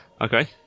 Okay